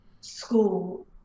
school